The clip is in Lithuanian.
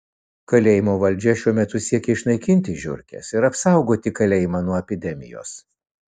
kalėjimo valdžia šiuo metu siekia išnaikinti žiurkes ir apsaugoti kalėjimą nuo epidemijos